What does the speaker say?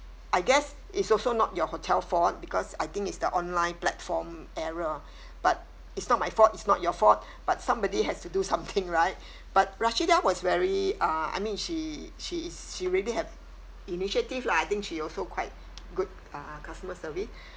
I guess it's also not your hotel for on because I think it's the online platform error but it's not my fault it's not your fault but somebody has to do something right but rashidah was very uh I mean she she is she really had initiative lah I think she also quite good uh customer service